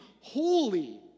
holy